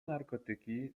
narkotyki